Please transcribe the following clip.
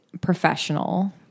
professional